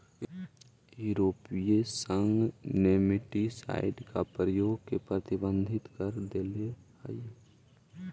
यूरोपीय संघ नेमेटीसाइड के प्रयोग के प्रतिबंधित कर देले हई